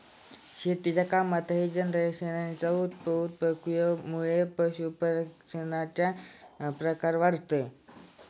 शेतीच्या कामातही जनावरांच्या उपयुक्ततेमुळे पशुपालनाचा प्रभाव वाढतो